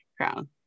crown